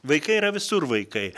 vaikai yra visur vaikai